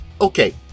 okay